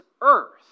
earth